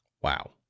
Wow